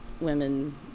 women